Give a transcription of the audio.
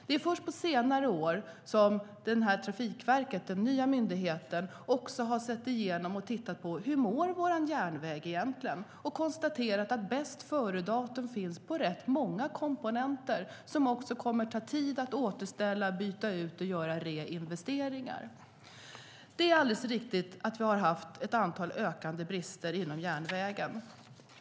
Det är först på senare år som den nya myndigheten Trafikverket också har sett över hur vår järnväg egentligen mår och konstaterat att bäst-före-datum finns på rätt många komponenter som det kommer att ta tid att återställa och byta ut och att man måste göra reinvesteringar. Det är alldeles riktigt att vi har haft ökande brister inom järnvägen.